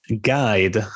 guide